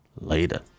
Later